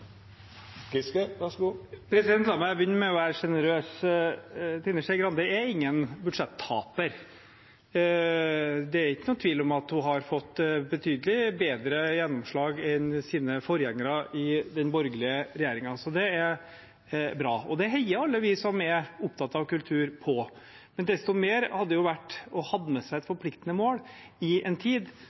Giske har hatt ordet to gonger tidlegare og får ordet til ein kort merknad, avgrensa til 1 minutt. La meg begynne med å være generøs. Trine Skei Grande er ingen budsjettaper. Det er ingen tvil om at hun har fått betydelig bedre gjennomslag enn sine forgjengere i den borgerlige regjeringen, så det er bra, og det heier alle vi som er opptatt av kultur, på. Men desto mer viktig hadde det vært å ha med seg et forpliktende mål i